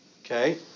okay